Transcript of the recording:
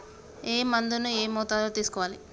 ఏ మందును ఏ మోతాదులో తీసుకోవాలి?